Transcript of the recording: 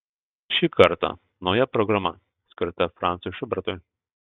šį kartą nauja programa skirta francui šubertui